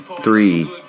Three